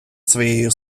своєю